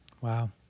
Wow